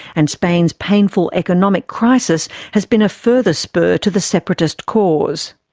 and spain's painful economic crisis has been a further spur to the separatist cause.